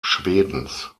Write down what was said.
schwedens